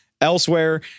elsewhere